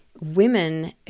women